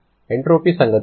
entropy సంగతి ఏమిటి